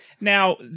now